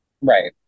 Right